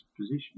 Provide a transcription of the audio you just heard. position